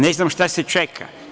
Ne znam šta se čeka.